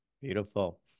Beautiful